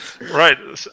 Right